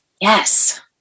Yes